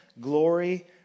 glory